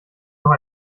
noch